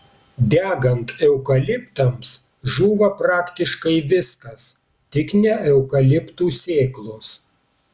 degant eukaliptams žūva praktiškai viskas tik ne eukaliptų sėklos